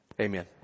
Amen